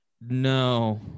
No